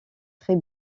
très